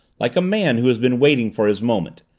like a man who has been waiting for his moment,